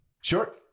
Sure